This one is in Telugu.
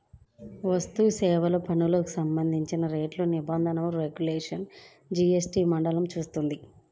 వస్తుసేవల పన్నుకు సంబంధించిన రేట్లు, నిబంధనలు, రెగ్యులేషన్లను జీఎస్టీ మండలి చూసుకుంటుంది